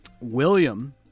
William